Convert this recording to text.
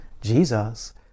Jesus